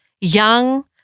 young